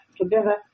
together